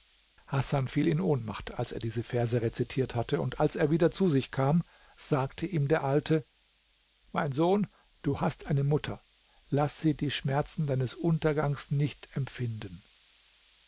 hasan fiel in ohnmacht als er diese verse rezitiert hatte und als er wieder zu sich kam sagte ihm der alte mein sohn du hast eine mutter laß sie die schmerzen deines untergangs nicht empfinden